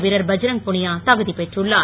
வீரர் பஜ்ரங் புனியா தகுதி பெற்றுள்ளார்